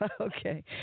Okay